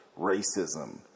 racism